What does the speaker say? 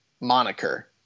moniker